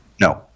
no